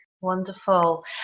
Wonderful